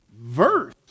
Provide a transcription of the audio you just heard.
verse